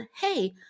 hey